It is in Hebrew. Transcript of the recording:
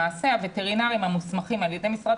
למעשה הווטרינרים המוסמכים על ידי משרד